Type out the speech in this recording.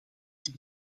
dit